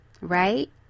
right